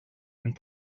and